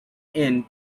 end